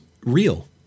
real